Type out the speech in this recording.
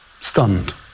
stunned